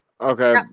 Okay